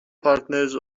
پارتنرز